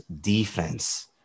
defense